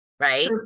Right